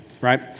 right